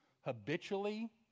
habitually